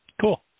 Cool